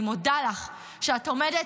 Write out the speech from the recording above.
אני מודה לך שאת עומדת,